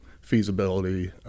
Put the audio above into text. feasibility